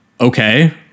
okay